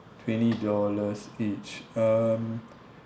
twenty dollars each um